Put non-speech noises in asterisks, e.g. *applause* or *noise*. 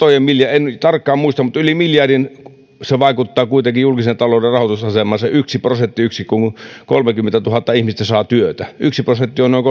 en tarkkaan muista yli miljardin vaikuttaa kuitenkin julkisen talouden rahoitusasemaan se yksi prosenttiyksikkö kun kolmekymmentätuhatta ihmistä saa työtä yksi prosentti on noin *unintelligible*